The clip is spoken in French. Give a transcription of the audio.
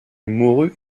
mourut